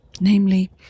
Namely